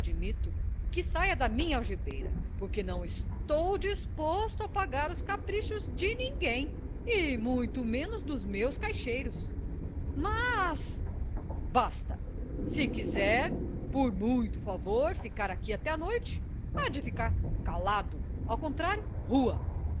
admito que saia da minha algibeira porque não estou disposto a pagar os caprichos de ninguém e muito menos dos meus caixeiros mas basta se quiser por muito favor ficar aqui até à noite há de ficar calado ao contrário rua